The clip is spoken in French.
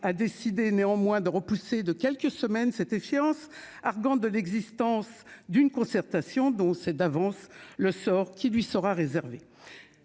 a décidé néanmoins de repousser de quelques semaines c'était fiance, arguant de l'existence d'une concertation dont on sait d'avance le sort qui lui sera réservé